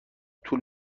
طول